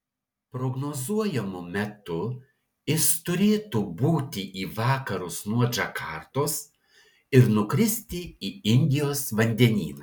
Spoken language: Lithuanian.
prognozuojamu metu jis turėtų būti į vakarus nuo džakartos ir nukristi į indijos vandenyną